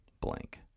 blank